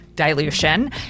dilution